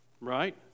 Right